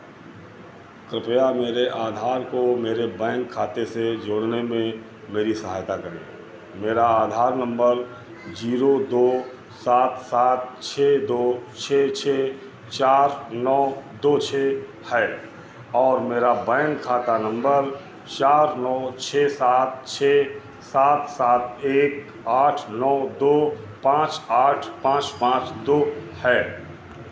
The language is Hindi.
कृपया मेरे आधार को मेरे बैंक खाते से जोड़ने में मेरी सहायता करें मेरा आधार नंबर जीरो दो सात सात छः दो छः छः चार नौ दो छः है और मेरा बैंक खाता नंबर चार नौ छः सात छः सात सात एक आठ नौ दो पाँच आठ पाँच पाँच दो है